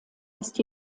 ist